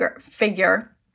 figure